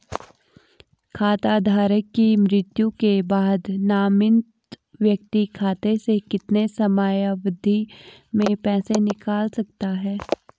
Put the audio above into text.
खाता धारक की मृत्यु के बाद नामित व्यक्ति खाते से कितने समयावधि में पैसे निकाल सकता है?